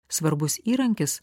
svarbus įrankis